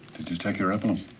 did you take your epilim?